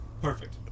Perfect